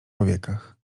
powiekach